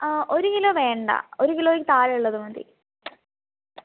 ഒരു കിലോ വേണ്ട ഒരു കിലോയ്ക്ക് താഴെ ഉള്ളത് മതി